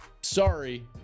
sorry